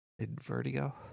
Vertigo